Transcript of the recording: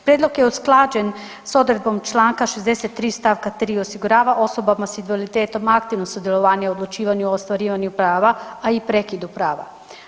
Prijedlog je usklađen sa odredbom članka 63. stavka 3. osigurava osobama sa invaliditetom aktivno sudjelovanje u odlučivanju, ostvarivanju prava a i prekidu prava.